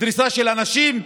של אנשים,